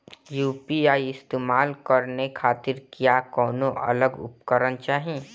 UPI इस्तेमाल करने खातिर क्या कौनो अलग उपकरण चाहीं?